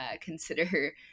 consider